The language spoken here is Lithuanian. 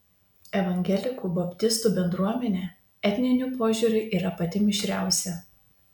evangelikų baptistų bendruomenė etniniu požiūriu yra pati mišriausia